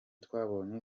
twabonye